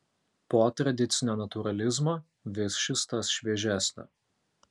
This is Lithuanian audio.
po tradicinio natūralizmo vis šis tas šviežesnio